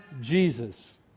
Jesus